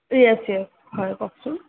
yes yes হয় কওকচোন